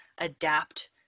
adapt